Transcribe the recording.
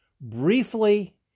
briefly